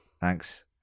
thanks